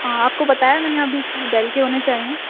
ہاں آپ کو بتایا میں نے ابھی کہ ڈیل کے ہونے چاہئیں